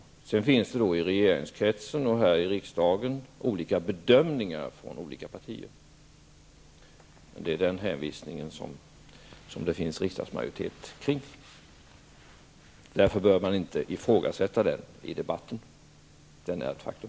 Sedan finns det i regeringskretsen och här i riksdagen olika bedömningar från olika partier. Det är den hänvisningen som det finns en riksdagsmajoritet för, och därför bör man inte ifrågasätta den i debatten -- den är ett faktum.